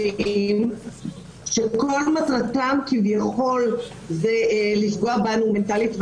נכלוליים שכל מטרתם כביכול זה לפגוע בנו מנטלית,